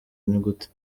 nyuguti